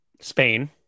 Spain